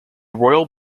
royal